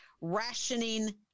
rationing